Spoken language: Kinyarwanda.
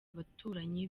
abaturanyi